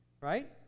right